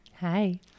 Hi